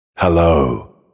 Hello